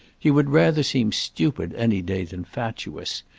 he would rather seem stupid any day than fatuous,